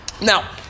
Now